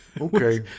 Okay